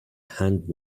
hand